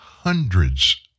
Hundreds